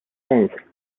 length